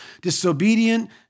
disobedient